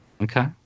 Okay